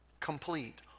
complete